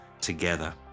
together